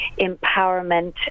empowerment